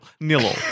nil